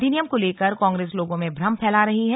अधिनियम को लेकर कांग्रेस लोगों में भ्रम फैला रही है